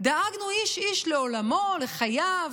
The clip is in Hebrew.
דאגנו איש-איש לעולמו, לחייו,